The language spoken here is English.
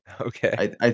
Okay